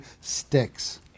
sticks